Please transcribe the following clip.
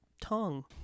tongue